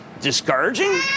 discouraging